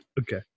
Okay